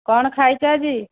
କ'ଣ ଖାଇଛ ଆଜି